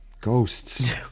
Ghosts